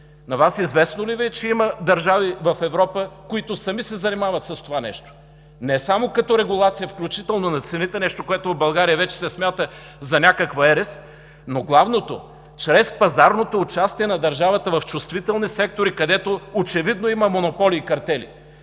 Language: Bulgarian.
На Вас известно ли Ви е, че има държави в Европа, които сами се занимават с това нещо? Не само като регулация включително на цените – нещо, което в България вече се смята за някаква ерес, но главно чрез пазарното участие на държавата в чувствителни сектори, където очевидно има монополи и картели,